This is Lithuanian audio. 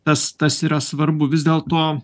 tas tas yra svarbu vis dėlto